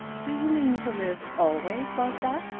do you mean to live always like that?